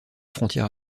frontière